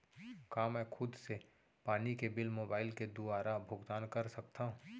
का मैं खुद से पानी के बिल मोबाईल के दुवारा भुगतान कर सकथव?